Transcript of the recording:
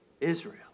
Israel